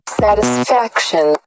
satisfaction